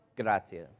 Grazie